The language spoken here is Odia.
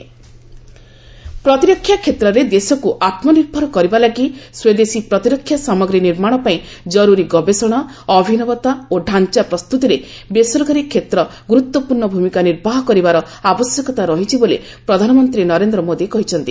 ପିଏମ ଓେବିନାର ପ୍ରତିରକ୍ଷା କ୍ଷେତ୍ରରେ ଦେଶକୁ ଆତ୍ମନିର୍ଭର କରିବା ଲାଗି ଁ ସ୍ୱଦେଶୀ ପ୍ରତିରକ୍ଷା ସାମଗ୍ରୀ ନିର୍ମାଣ ପାଇଁ ଜରୁରୀ ଗବେଷଣା ଅଭିନବତା ଓ ଢାଞ୍ଚା ପ୍ରସ୍ତୁତିରେ ବେସରକାରୀ କ୍ଷେତ୍ର ଗୁରୁତ୍ୱପୂର୍ଣ୍ଣ ଭୂମିକା ନିର୍ବାହ କରିବାର ଆବଶ୍ୟକତା ରହିଛି ବୋଲି ପ୍ରଧାନମନ୍ତ୍ରୀ ନରେନ୍ଦ୍ର ମୋଦୀ କହିଛନ୍ତି